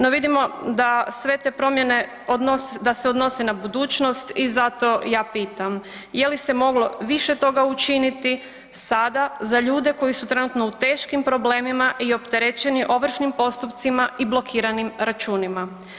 No vidimo da sve te promjene da se odnose na budućnost i zato ja pitam je li se moglo više toga učiniti sada za ljude koji su trenutno u teškim problemima i opterećeni ovršnim postupcima i blokiranim računima?